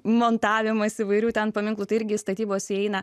montavimas įvairių ten paminklų tai irgi statybos įeina